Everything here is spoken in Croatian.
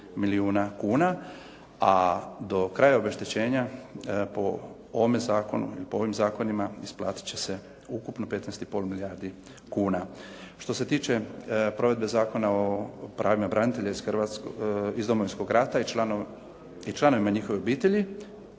a do kraja obeštećenja po ovome zakonu i po ovim zakonima isplatit će se ukupno 15,5 milijardi kuna. Što se tiče provedbe Zakona o pravima branitelja iz Domovinskog rata i članovima njihove obitelji,